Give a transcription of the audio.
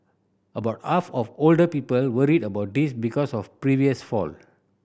about half of older people worry about this because of previous fall